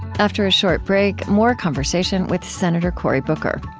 after a short break, more conversation with senator cory booker.